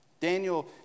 Daniel